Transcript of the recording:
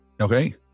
Okay